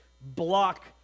block